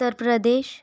Uttar Pradesh